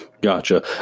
Gotcha